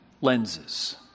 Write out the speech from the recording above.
lenses